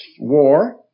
war